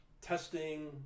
testing